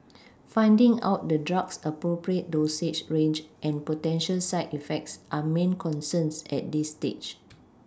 finding out the drug's appropriate dosage range and potential side effects are main concerns at this stage